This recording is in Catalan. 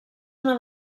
una